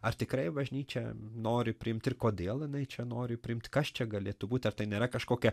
ar tikrai bažnyčia nori priimt ir kodėl jinai čia nori priimt kas čia galėtų būti ir tai nėra kažkokia